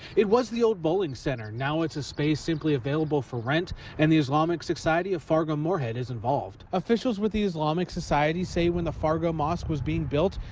it was the old bowling center, now it's a space simply available for rent and the islamic society of fargo moorhead is involved. officials with the islamic society say when the fargo mosque was being built.